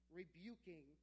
rebuking